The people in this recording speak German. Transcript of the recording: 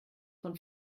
von